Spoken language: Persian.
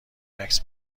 عکس